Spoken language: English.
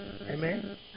Amen